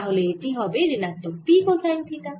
তাহলে এটি হবে ঋণাত্মক P কোসাইন থিটা